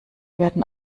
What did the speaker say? werden